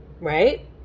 Right